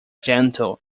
gentle